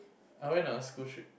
I went on a school trip